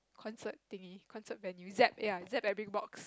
concert thingy concert venue Zepp ya Zepp at Bigbox